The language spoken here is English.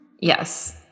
Yes